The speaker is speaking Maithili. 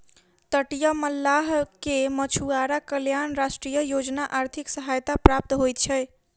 तटीय मल्लाह के मछुआरा कल्याण राष्ट्रीय योजना आर्थिक सहायता प्राप्त होइत छै